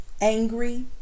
Angry